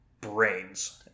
brains